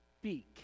speak